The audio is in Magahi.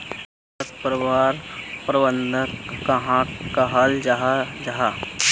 खरपतवार प्रबंधन कहाक कहाल जाहा जाहा?